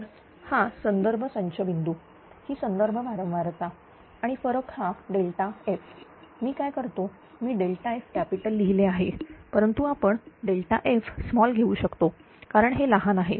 तर हा संदर्भ संच बिंदू ही संदर्भ वारंवारता आणि फरक हा Fमी काय करतो मी F कॅपिटल लिहिले आहे परंतु आपण पण f स्मॉल घेऊ शकतो कारण हे लहान आहे